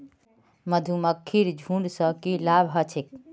मधुमक्खीर झुंड स की लाभ ह छेक